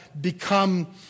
become